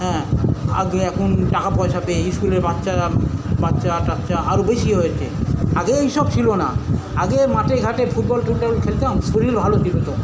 হ্যাঁ আজ একন টাকাপয়সা পেয়ে ইস্কুলের বাচ্চারা বাচ্চা টাচ্চা আরও বেশি হয়েছে আগে এইসব ছিল না আগে মাঠেঘাটে ফুটবল টুটবল খেলতাম শরীর ভালো ছিল একদম